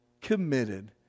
committed